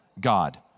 God